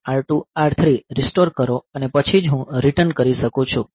R1 R2 R3 restore કરો અને પછી જ હું રીટર્ન કરી શકું છું